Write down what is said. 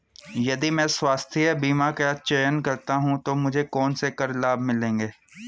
यदि मैं स्वास्थ्य बीमा का चयन करता हूँ तो मुझे कौन से कर लाभ मिलेंगे?